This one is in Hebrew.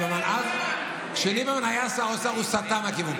הוא סטה מהכיוון.